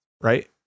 right